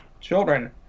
children